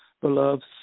beloved